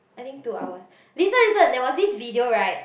I think two hours listen listen that was this video right